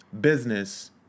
business